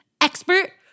expert